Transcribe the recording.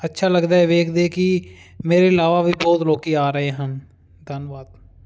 ਅੱਛਾ ਲੱਗਦਾ ਵੇਖਦੇ ਕਿ ਮੇਰੇ ਇਲਾਵਾ ਵੀ ਬਹੁਤ ਲੋਕ ਆ ਰਹੇ ਹਨ ਧੰਨਵਾਦ